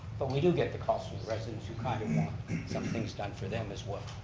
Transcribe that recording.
but we do get the costs from the residents who kind of want some things done for them as well.